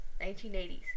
1980s